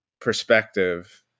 perspective